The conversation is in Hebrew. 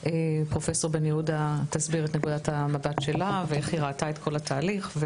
פרופ' בן יהודה תסביר את נקודת המבט שלה ואיך היא ראתה את כל התהליך,